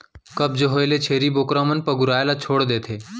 कब्ज होए ले छेरी बोकरा मन पगुराए ल छोड़ देथे